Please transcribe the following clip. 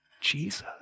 Jesus